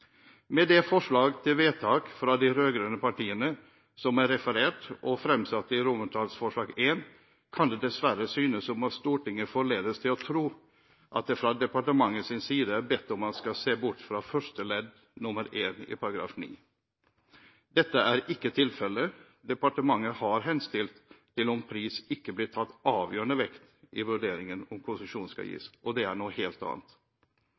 Med det forslag til vedtak fra de rød-grønne partiene som er referert og framsatt i I, kan det dessverre synes som at Stortinget forledes til å tro at det fra departementets side er bedt om at man skal se bort fra § 9 første ledd nr. 1. Dette er ikke tilfellet. Departementet har henstilt om at pris ikke blir tillagt avgjørende vekt i vurderingen av om konsesjon skal gis. Det er noe helt annet.